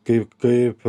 kaip kaip